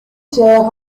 seach